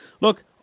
look